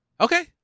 Okay